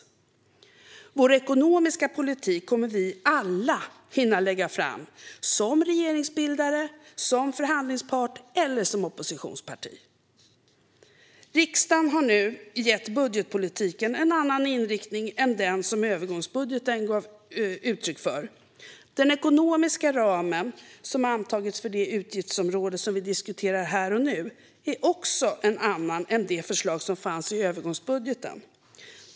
Vår ekonomiska politik kommer vi alla att hinna lägga fram - som regeringsbildare, som förhandlingspart eller som oppositionsparti. Riksdagen har nu gett budgetpolitiken en annan inriktning än den som övergångsbudgeten gav uttryck för. Den ekonomiska ram som antagits för det utgiftsområde som vi diskuterar här och nu är också en annan än det förslag som fanns i övergångsbudgeten.